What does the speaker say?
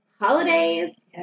holidays